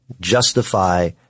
justify